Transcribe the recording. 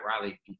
riley